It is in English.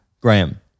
Graham